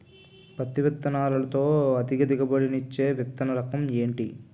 పత్తి విత్తనాలతో అధిక దిగుబడి నిచ్చే విత్తన రకం ఏంటి?